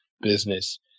business